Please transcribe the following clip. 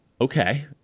Okay